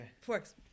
Forks